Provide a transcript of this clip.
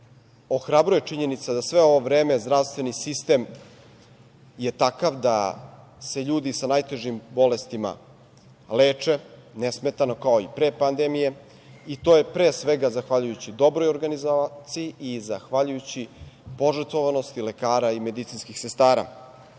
ohrabruje činjenica da sve ovo vreme zdravstveni sistem je takav da se ljudi sa najtežim bolestima leče nesmetano kao i pre pandemije i to je pre svega zahvaljujući dobroj organizaciji i zahvaljujući požrtvovanosti lekara i medicinskih